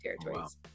territories